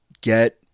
get